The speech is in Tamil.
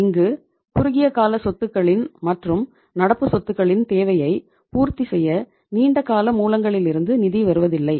இங்கு குறுகிய கால சொத்துக்களின் மற்றும் நடப்பு சொத்துக்களின் தேவையை பூர்த்தி செய்ய நீண்டகால மூலங்களிலிருந்து நிதி வருவதில்லை